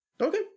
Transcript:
Okay